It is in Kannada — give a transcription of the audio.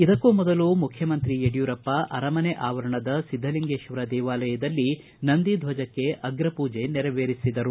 ಇದಕ್ಕೂ ಮೊದಲು ಮುಖ್ಯಮಂತ್ರಿ ಯಡಿಯೂರಪ್ಪ ಅರಮನೆ ಅವರಣದ ಸಿದ್ದಲಿಂಗೇಶ್ವರ ದೇವಾಲಯದಲ್ಲಿ ನಂದಿ ಧ್ವಜಕ್ಕೆ ಅಗ್ರ ಪೂಜೆ ನೆರವೇರಿಸಿದರು